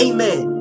Amen